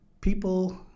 people